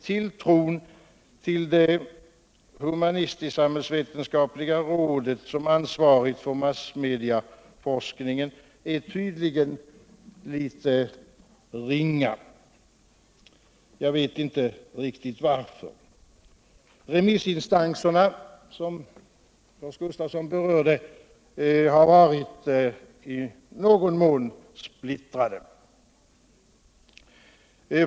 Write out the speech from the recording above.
Tilltron till det humanistisk-samhällsvetenskapliga rådet som ansvarigt för massmedieforskningen är tydligen ringa: jag vet inte riktigt varför. Remissinstanserna, som Lars Gustafsson berörde. har varit i någon män splittrade.